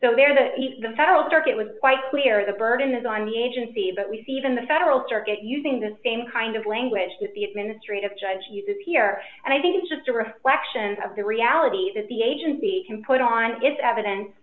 so there that the federal circuit was quite clear the burden is on the agency but we see even the federal circuit using the same kind of language that the administrative judge uses here and i think it's just a reflection of the reality that the agency can put on its evidence